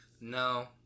No